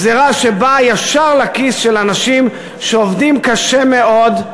גזירה שבאה ישר לכיס של אנשים שעובדים קשה מאוד,